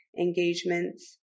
engagements